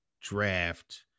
draft